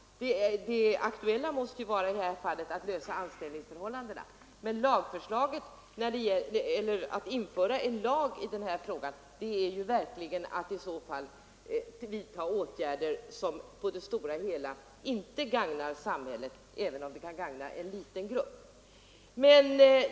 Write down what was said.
Det aktuella måste ju vara att lösa frågan om anställningsförhållandena. Men att införa en lag i det här fallet är att vidta åtgärder som på det hela taget missgynnar samhället, även om det kan gagna en liten grupp.